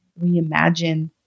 reimagine